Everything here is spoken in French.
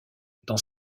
dans